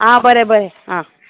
आं बरें बरें आं